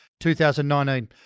2019